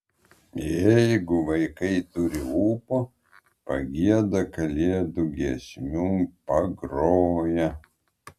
jeigu vaikai turi ūpo pagieda kalėdų giesmių pagroja